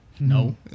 no